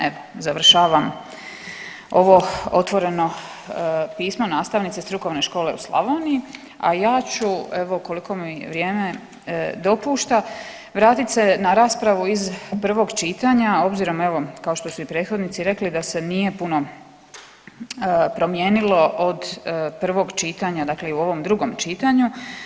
Evo završavam ovo otvoreno pismo nastavnice strukovne škole u Slavoniji, a ja ću evo koliko mi vrijeme dopušta vratit se na raspravu iz prvog čitanja obzirom evo kao što su i prethodnici rekli da se nije puno promijenilo od prvog čitanja, dakle i u ovom drugom čitanju.